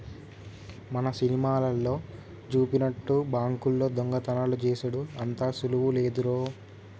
మన సినిమాలల్లో జూపినట్టు బాంకుల్లో దొంగతనాలు జేసెడు అంత సులువు లేదురో